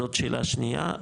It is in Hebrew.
זאת שאלה שניה.